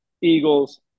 Eagles